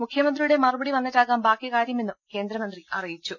മുഖ്യമന്ത്രിയുടെ മറുപടി വന്നിട്ടാകാം ബാക്കി കാര്യമെന്നും കേന്ദ്രമന്ത്രി അറിയിച്ചു